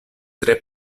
tre